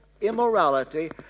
immorality